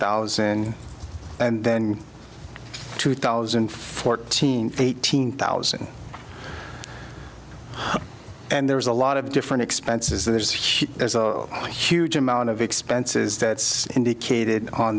thousand and then two thousand and fourteen eighteen thousand and there's a lot of different expenses there's heat there's a huge amount of expenses that's indicated on